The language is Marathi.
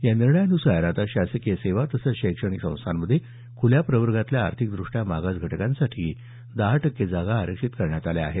या निर्णयानुसार आता शासकीय सेवा तसंच शैक्षणिक संस्थांमध्ये खुल्या प्रवर्गातल्या आर्थिक दृष्ट्या मागास घटकांसाठी दहा टक्के जागा आरक्षित करण्यात आल्या आहेत